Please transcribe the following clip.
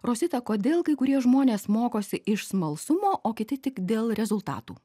rosita kodėl kai kurie žmonės mokosi iš smalsumo o kiti tik dėl rezultatų